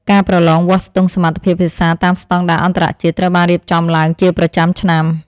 ការប្រឡងវាស់ស្ទង់សមត្ថភាពភាសាតាមស្តង់ដារអន្តរជាតិត្រូវបានរៀបចំឡើងជាប្រចាំឆ្នាំ។